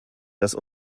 dass